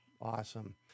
awesome